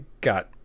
got